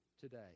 today